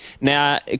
Now